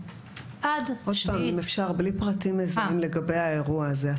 אם אפשר בלי פרטים מזהים לגבי האירוע הזה.